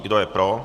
Kdo je pro?